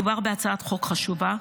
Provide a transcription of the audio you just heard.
מדובר בהצעת חוק חשובה,